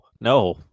no